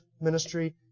ministry